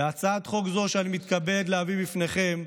בהצעת חוק זו שאני מתכבד להביא לפניכם,